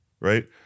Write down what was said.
right